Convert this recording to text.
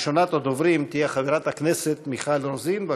ראשונת הדוברים תהיה חברת הכנסת מיכל רוזין,